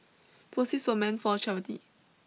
proceeds were meant for charity